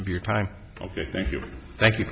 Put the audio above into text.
of your time ok thank you thank you